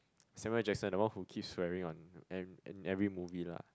Samuel-L-Jackson that one who keeps swearing on every and every movie lah